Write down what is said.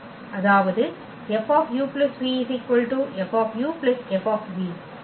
அதாவது F u v F F